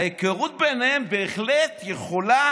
ההיכרות ביניהם בהחלט יכולה